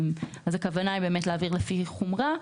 הכוונה היא להעביר לפי חומרה,